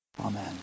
Amen